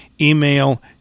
Email